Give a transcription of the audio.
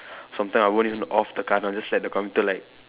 sometimes I won't even off the current I will just let the computer like